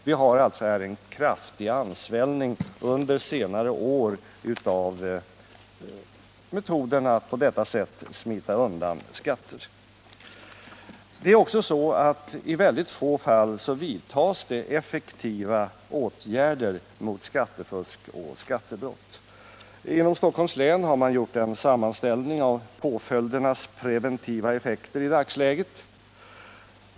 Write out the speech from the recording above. Vi har alltså här en kraftig ansvällning under senare år av denna metod att smita undan skatter. I väldigt få fall vidtas det effektiva åtgärder mot skattefusk och skattebrott. Inom Stockholms län har man gjort en sammanställning av påföljdernas preventiva effekt i dagsläget.